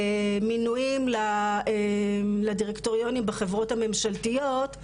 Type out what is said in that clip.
מינויים לדירקטוריונים בחברות הממשלתיות,